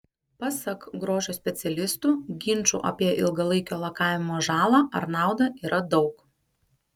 pasak grožio specialistų ginčų apie ilgalaikio lakavimo žalą ar naudą yra daug